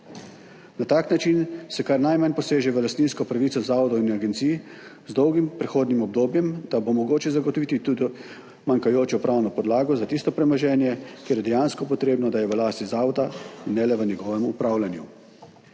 Na tak način se kar najmanj poseže v lastninsko pravico zavodov in agencij. Z dolgim prehodnim obdobjem pa bo mogoče zagotoviti tudi manjkajočo pravno podlago za tisto premoženje, za katero je dejansko potrebno, da je v lasti zavoda, ne le v njegovem upravljanju.